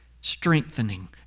strengthening